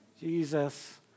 Jesus